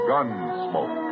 Gunsmoke